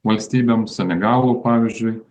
valstybėm senegalu pavyzdžiui